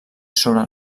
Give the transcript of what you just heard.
sobre